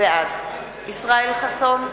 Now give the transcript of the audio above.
בעד ישראל חסון,